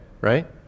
right